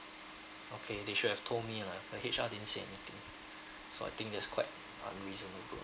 okay they should have told me lah the H_R didn't say anything so I think that's quite unreasonable